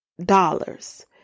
dollars